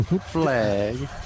flag